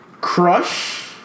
Crush